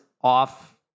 off